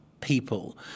People